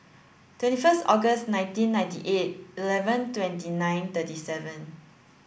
twenty first August nineteen ninety eight eleven twenty nine thirty seven